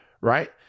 right